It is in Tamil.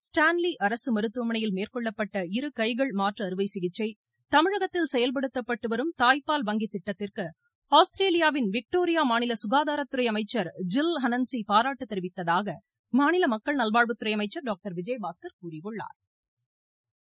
ஸ்டான்லி அரசு மருத்துவமனையில் மேற்கொள்ளப்பட்ட இரு கைகள் மாற்று அறுவை சிகிச்சை தமிழகத்தில் செயல்படுத்தப்பட்டு வரும் தாய்ப்பால் வங்கி திட்டத்திற்கு ஆஸ்திரேலியாவின் விக்டோரியா மாநில சுகாதாரத்துறை அமைச்சர் ஜில் ஹென்னஸி பாரட்டு தெரிவித்ததாக மாநில மக்கள் நல்வாழ்வுத்துறை அமைச்சா் டாக்டா் விஜயபாஸ்கா் கூறியுள்ளாா்